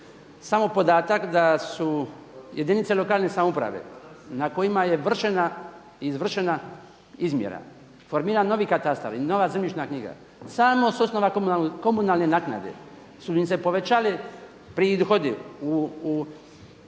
samo podatak da su jedinice lokalne samouprave na kojima je izvršena izmjera formiran novi katastar i nova zemljišna knjiga samo sa osnova komunalne naknade su im se povećali prihodi u